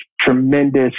tremendous